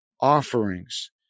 offerings